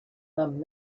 them